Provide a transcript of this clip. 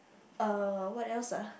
uh what else ah